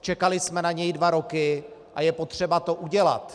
Čekali jsme na něj dva roky a je potřeba to udělat.